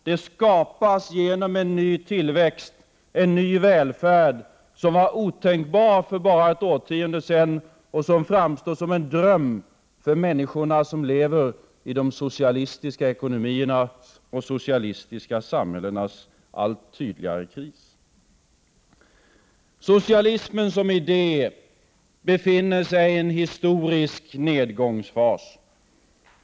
Det skapas genom en ny tillväxt en ny välfärd, som var otänkbar för bara ett årtionde sedan och som framstår som en dröm för de människor som lever i de socialistiska ekonomiernas och de socialistiska samhällenas allt tydligare kris. Socialismen som idé befinner sig i en historisk nedgångsfas.